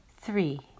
Three